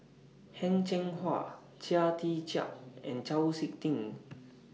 Heng Cheng Hwa Chia Tee Chiak and Chau Sik Ting